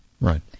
right